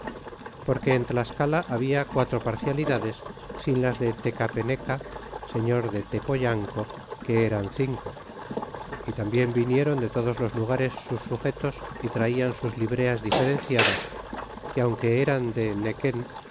porque en tlascala habla quatro parcialidades sin las de tecapeneca señor de tepoyanco que eran cinco y tambien vinieron de todos los lugares sus sugetos y traian sus libreas diferenciadas que aunque eran de nequen